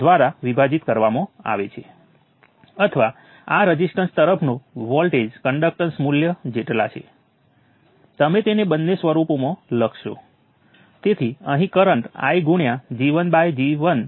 આપણે અનનોન્સ વચ્ચે અમુક સંબંધ રાખીશું અમુક એક્સપ્રેશનો સમાન હશે જે જાણીતા છે અને તેને સોલ્વ કરીને આપણે અનનોન્સ માટે સોલ્વ કરીશું